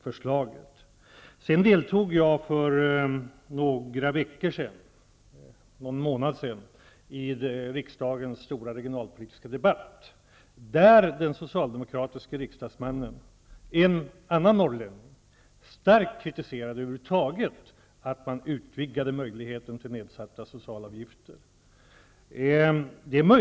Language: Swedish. För någon månad sedan deltog jag i riksdagens stora regionalpolitiska debatt, där en socialdemokratisk riksdagsman -- en annan norrlänning -- starkt kritiserade att man över huvud taget utvidgade möjligheten till nedsatta sociala avgifter.